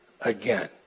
again